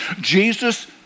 Jesus